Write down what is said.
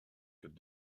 could